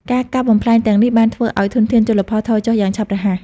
ការកាប់បំផ្លាញទាំងនេះបានធ្វើឲ្យធនធានជលផលថយចុះយ៉ាងឆាប់រហ័ស។